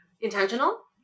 Intentional